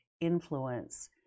influence